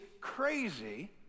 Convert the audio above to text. crazy